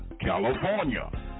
California